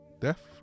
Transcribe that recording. death